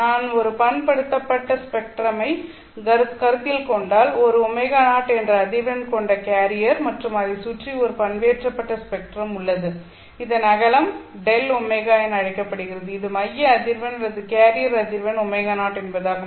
நான் ஒரு பண்படுத்தப்பட்ட ஸ்பெக்ட்ரம் ஐ கருத்தில் கொண்டால் ஒரு ω0 என்ற அதிர்வெண் கொண்ட கேரியர் மற்றும் அதைச் சுற்றி ஒரு பண்பேற்றப்பட்ட ஸ்பெக்ட்ரம் உள்ளது இதன் அகலம் Δω என அழைக்கப்படுகிறது இது மைய அதிர்வெண் அல்லது கேரியர் அதிர்வெண் ω0 என்பதாகும்